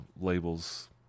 labels